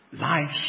life